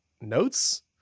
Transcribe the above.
notes